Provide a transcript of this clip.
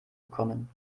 bekommen